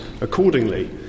accordingly